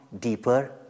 deeper